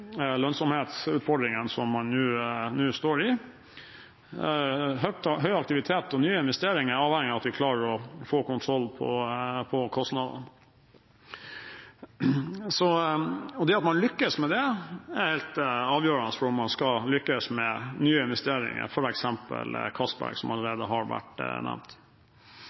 som man nå står i. Høy aktivitet og nye investeringer er avhengig av at vi klarer å få kontroll på kostnadene. Det at man lykkes med det, er helt avgjørende for om man skal lykkes med nye investeringer, f.eks. Castberg, som allerede har vært nevnt.